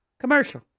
Commercial